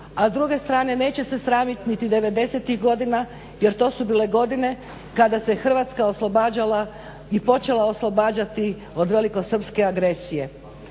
a s druge strane neće se sramiti ni 90-tih godina jer to su bile godine kada se Hrvatska oslobađala i počela oslobađati od velikosrpske agresije.